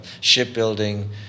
shipbuilding